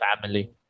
family